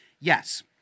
Yes